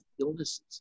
illnesses